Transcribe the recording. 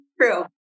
true